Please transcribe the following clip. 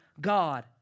God